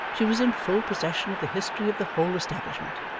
she was in full possession of the history of the whole establishment,